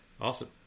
awesome